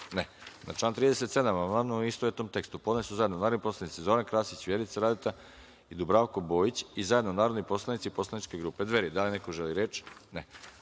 (Ne)Na član 37. amandman, u istovetnom tekstu, podneli su zajedno narodni poslanici Zoran Krasić, Vjerica Radeta i Dubravko Bojić, i zajedno narodni poslanici Poslaničke grupe Dveri. Da li neko želi reč?